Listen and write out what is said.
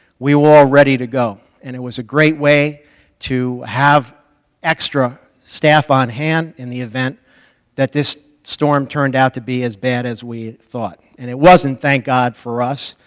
we were all ready to go, and it was a great way to have extra staff on hand in the event that this storm turned out to be as bad as we thought, and it wasn't, thank god for us,